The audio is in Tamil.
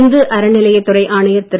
இந்து அறநிலையத்துறை ஆணையர் திரு